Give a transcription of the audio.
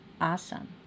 awesome